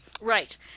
Right